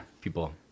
People